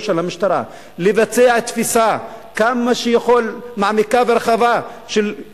של המשטרה לבצע תפיסה מעמיקה ורחבה ככל